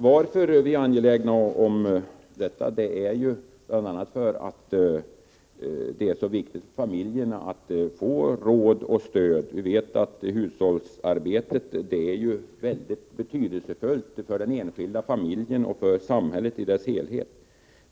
Vi är angelägna om detta bl.a. för att det är så viktigt för familjerna att få råd och stöd. Vi vet att hushållsarbetet är mycket betydelsefullt för den enskilda familjen och för samhället i dess helhet.